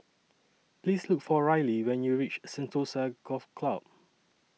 Please Look For Riley when YOU REACH Sentosa Golf Club